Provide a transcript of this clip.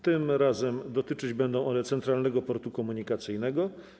Tym razem dotyczyć one będą Centralnego Portu Komunikacyjnego.